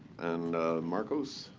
and marcos,